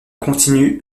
continue